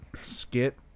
skit